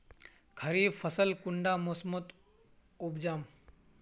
खरीफ फसल कुंडा मोसमोत उपजाम?